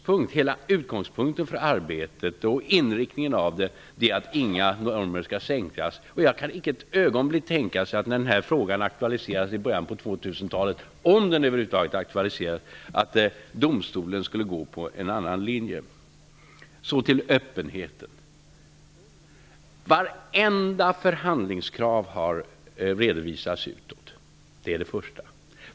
Men hela utgångspunkten för arbetet och inriktningen av det är att inga normer skall sänkas. Jag kan icke för ett ögonblick tänka mig när den här frågan aktualiseras i början av 2000-talet -- om den över huvud taget aktualiseras -- att domstolen skulle inta en annan linje. Låt mig komma till öppenheten! För det första redovisas vartenda förhandlingskrav utåt.